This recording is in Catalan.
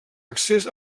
accés